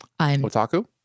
Otaku